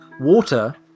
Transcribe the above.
water